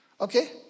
okay